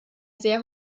sehr